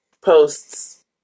posts